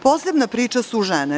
Posebna priča su žene.